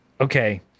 Okay